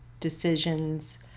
decisions